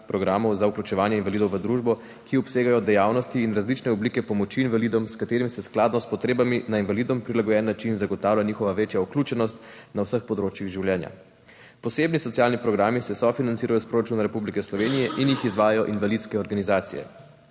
programov za vključevanje invalidov v družbo, ki obsegajo dejavnosti in različne oblike pomoči invalidom, s katerimi se skladno s potrebami na invalidom prilagojen način zagotavlja njihova večja vključenost na vseh področjih življenja. Posebni socialni programi se sofinancirajo iz proračuna Republike Slovenije in jih izvajajo invalidske organizacije.